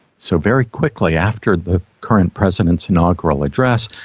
so, very quickly after the current president's inaugural address,